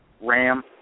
Ram